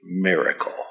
miracle